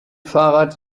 fahrrad